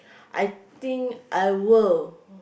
I think I will